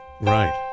Right